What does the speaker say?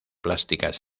plásticas